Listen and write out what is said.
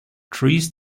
trees